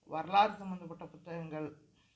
வரலாறு சம்மந்தப்பட்ட புத்தகங்கள்